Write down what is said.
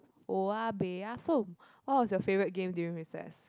what was your favourite game during recess